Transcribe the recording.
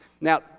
Now